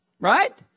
right